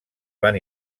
van